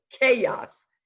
chaos